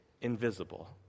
invisible